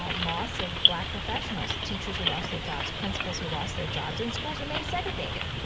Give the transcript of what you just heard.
ah loss of black professionals. teachers who lost their jobs. principals who lost their jobs. and schools remained segregated.